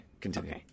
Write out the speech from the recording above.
continue